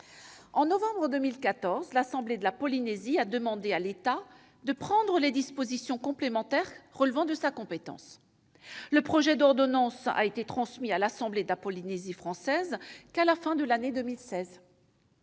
En novembre 2014, l'Assemblée de la Polynésie française a demandé à l'État de prendre les dispositions complémentaires relevant de sa compétence. Le projet d'ordonnance n'a été transmis à l'Assemblée de la Polynésie française qu'à la fin de l'année 2016,